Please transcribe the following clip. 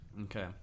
Okay